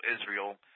Israel